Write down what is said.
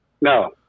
No